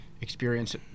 experience